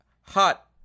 hot